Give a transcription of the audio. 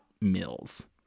mills